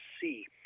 see